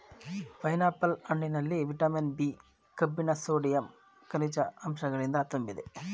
pineapple ಹಣ್ಣಿನಲ್ಲಿ vitamin B, ಕಬ್ಬಿಣ sodium, ಕನಿಜ ಅಂಶಗಳಿಂದ ತುಂಬಿದೆ